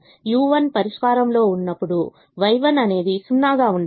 u1 పరిష్కారంలో ఉన్నప్పుడు Y1 అనేది 0 గా ఉండాలి